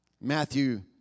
Matthew